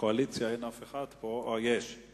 מהקואליציה אין אף אחד פה, בעצם יש.